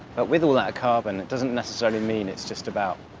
but with all that carbon it doesn't necessarily mean it's just about